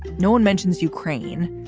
no one mentions ukraine.